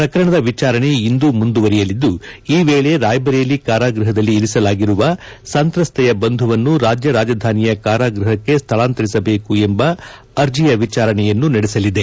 ಪ್ರಕರಣದ ವಿಚಾರಣೆ ಇಂದೂ ಮುಂದುವರಿಯಲಿದ್ದು ಈ ವೇಳೆ ರಾಯಬರೇಲಿ ಕಾರಾಗೃಹದಲ್ಲಿ ಇರಿಸಲಾಗಿರುವ ಸಂತ್ರಸ್ತೆಯ ಬಂಧುವನ್ನು ರಾಜ್ಯ ರಾಜಧಾನಿಯ ಕಾರಾಗ್ಬಹಕ್ಕೆ ಸ್ಥಳಾಂತರಿಸಬೇಕು ಎಂಬ ಅರ್ಜಿಯ ವಿಚಾರಣೆಯನ್ನು ನಡೆಸಲಿದೆ